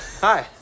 Hi